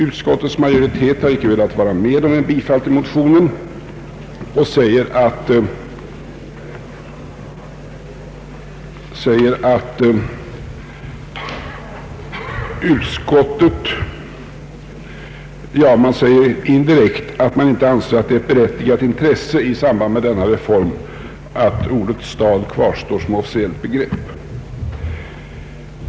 Utskottets majoritet har icke velat vara med om bifall till motionen och säger indirekt att man inte anser att det är ett berättigat intresse i samband med denna reform att ordet stad kvarstår som officiellt begrepp.